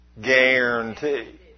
Guarantee